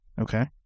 Okay